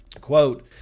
Quote